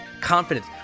confidence